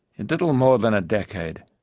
in little more than a decade,